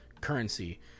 currency